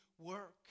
work